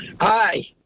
Hi